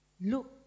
look